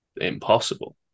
impossible